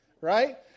right